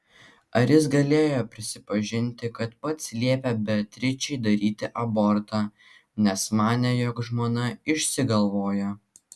ar jis galėjo prisipažinti kad pats liepė beatričei daryti abortą nes manė jog žmona išsigalvoja